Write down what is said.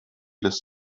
des